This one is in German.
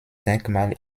denkmal